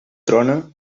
trona